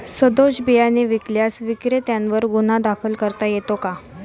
सदोष बियाणे विकल्यास विक्रेत्यांवर गुन्हा दाखल करता येतो का?